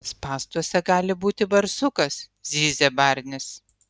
spąstuose gali būti barsukas zyzia barnis